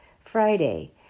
Friday